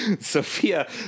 Sophia